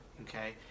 okay